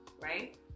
right